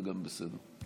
גם זה בסדר.